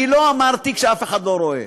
אני לא אמרתי כשאף אחד לא רואה,